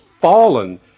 fallen